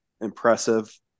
impressive